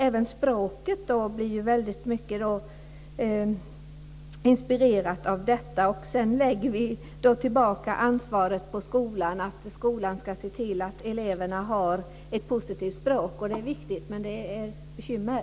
Även språket blir väldigt mycket inspirerat av detta. Sedan lägger vi tillbaka ansvaret på skolan, och säger att skolan ska se till att eleverna har ett positivt språk. Det är viktigt, men det finns bekymmer.